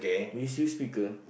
we use speaker